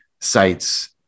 sites